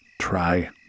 try